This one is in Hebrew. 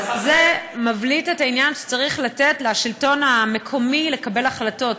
זה מבליט את העניין שצריך לתת לשלטון המקומי לקבל החלטות,